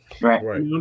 Right